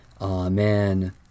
Amen